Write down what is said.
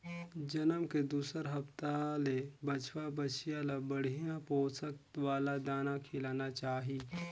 जनम के दूसर हप्ता ले बछवा, बछिया ल बड़िहा पोसक वाला दाना खिलाना चाही